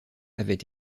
avait